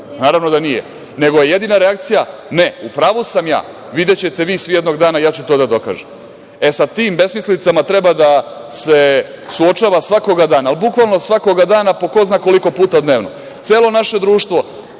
Naravno da nije, nego je jedina reakcija – ne, u pravu sam ja, videćete vi svi jednog dana ja ću to da dokažem. Sa tim besmislicama treba da se suočava svakoga dana, ali bukvalno svakog dana po ko zna koliko puta dnevno,